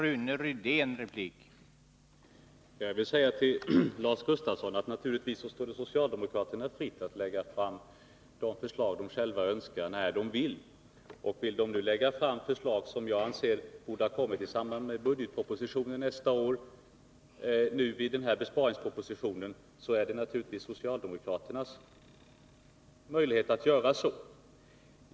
Herr talman! Det står naturligtvis socialdemokraterna fritt att lägga fram vilka förslag de själva önskar och när de så önskar. Vill de nu lägga fram förslag, som jag tycker borde ha kommit i samband med budgetpropositionen, är det naturligtvis deras sak.